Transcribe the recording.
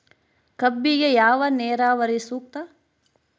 ಕಬ್ಬಿಗೆ ಯಾವ ನೇರಾವರಿ ಸೂಕ್ತ?